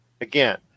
Again